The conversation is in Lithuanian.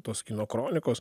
tos kino kronikos